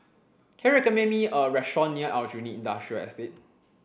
can you recommend me a restaurant near Aljunied Industrial Estate